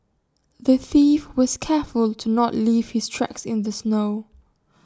the thief was careful to not leave his tracks in the snow